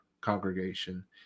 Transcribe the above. congregation